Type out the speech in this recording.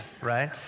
right